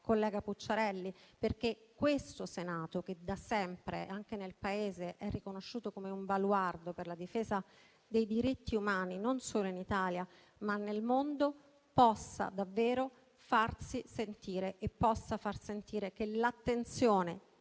collega Pucciarelli, perché questo Senato, che da sempre anche nel Paese è riconosciuto come un baluardo per la difesa dei diritti umani non solo in Italia, ma nel mondo, possa davvero farsi sentire e possa far sentire che l'attenzione